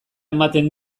ematen